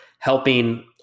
helping